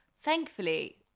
thankfully